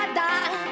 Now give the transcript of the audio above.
die